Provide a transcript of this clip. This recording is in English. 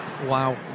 Wow